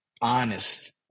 honest